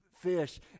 fish